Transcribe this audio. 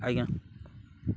ଆଜ୍ଞା